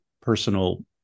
personal